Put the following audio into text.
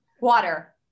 Water